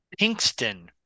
Pinkston